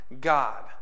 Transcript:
God